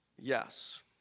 yes